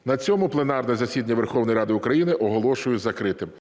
На цьому пленарне засідання Верховної Ради України оголошую закритим.